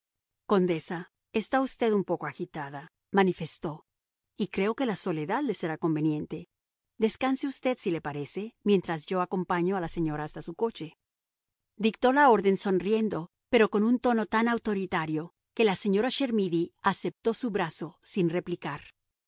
condesa está usted un poco agitada manifestó y creo que la soledad le será conveniente descanse usted si le parece mientras yo acompaño a la señora hasta su coche dictó la orden sonriendo pero con un tono tan autoritario que la señora chermidy aceptó su brazo sin replicar